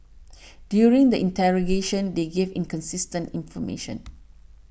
during the interrogation they gave inconsistent information